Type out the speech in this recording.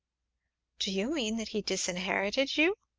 do you mean that he disinherited you?